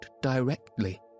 directly